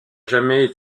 jamais